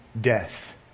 death